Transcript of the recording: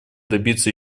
добиться